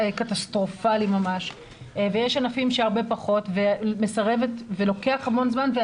קטסטרופלי ממש ויש ענפים שהרבה פחות ולוקח המון זמן והיא